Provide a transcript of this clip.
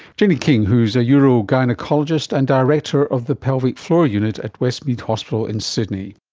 jenny king, who is a urogynaecologist and director of the pelvic floor unit at westmead hospital in sydney